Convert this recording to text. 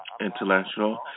intellectual